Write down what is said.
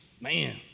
Man